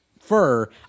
fur